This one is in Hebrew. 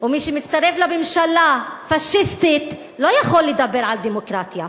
ומי שמצטרף לממשלה פאשיסטית לא יכול לדבר על דמוקרטיה.